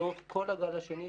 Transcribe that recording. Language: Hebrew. ועוד כל הגל השני,